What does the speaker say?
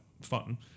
fun